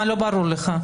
מה לא ברור לך.